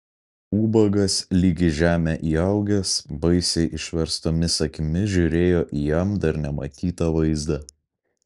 ubagas lyg į žemę įaugęs baisiai išverstomis akimis žiūrėjo į jam dar nematytą vaizdą